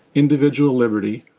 individual liberty,